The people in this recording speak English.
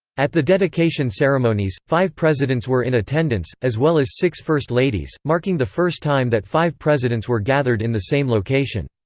at the dedication ceremonies, five presidents presidents were in attendance, as well as six first ladies, marking the first time that five presidents were gathered in the same location.